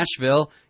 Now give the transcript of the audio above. Nashville